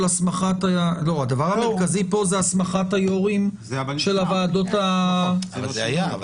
הדבר המרכזי פה הוא הסמכת היו"רים של הוועדות --- אבל זה היה.